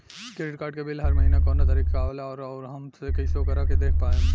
Credit card के bill हर महीना कौना तारीक के आवेला और आउर हम कइसे ओकरा के देख पाएम?